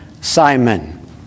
Simon